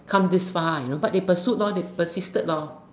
come this far but they pursuit lor they persisted lor